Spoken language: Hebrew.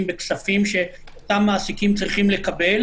בכספים שאותם מעסיקים צריכים לקבל